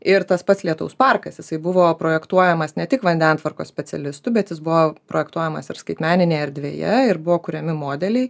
ir tas pats lietaus parkas jisai buvo projektuojamas ne tik vandentvarkos specialistų bet jis buvo projektuojamas ir skaitmeninėje erdvėje ir buvo kuriami modeliai